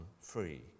free